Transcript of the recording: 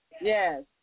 Yes